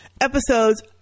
episodes